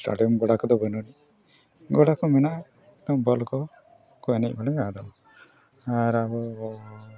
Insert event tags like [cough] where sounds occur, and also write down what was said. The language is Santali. ᱥᱴᱟᱴᱤᱝ ᱵᱟᱲᱟ ᱠᱚᱫᱚ ᱵᱟᱱᱟᱨ ᱜᱳᱰᱟ ᱠᱚ ᱢᱮᱱᱟᱜᱼᱟ [unintelligible] ᱮᱱᱮᱡ ᱵᱟᱲᱟᱭᱟ ᱟᱫᱚ ᱟᱨ ᱟᱵᱚ